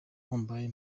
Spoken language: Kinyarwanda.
mumbai